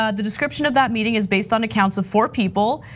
ah the description of that meeting is based on accounts of four people.